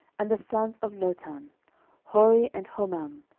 and the sons of lotan hori, and homam